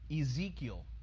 Ezekiel